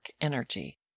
energy